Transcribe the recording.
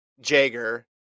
Jager